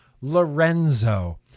Lorenzo